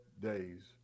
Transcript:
days